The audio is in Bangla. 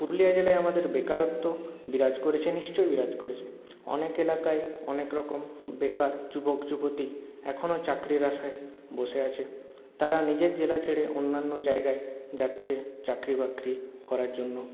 পুরুলিয়া জেলায় আমাদের বেকারত্ব বিরাজ করছে নিশ্চয় বিরাজ করছে অনেক এলাকায় অনেক রকম বেকার যুবক যুবতী এখনও চাকরির আশায় বসে আছে তারা নিজের জেলা ছেড়ে অন্যান্য জায়গায় যাচ্ছে চাকরি বাকরি করার জন্য